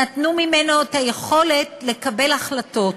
נטלו ממנו את היכולת לקבל החלטות.